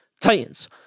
Titans